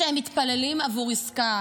שהם מתפללים עבור עסקה.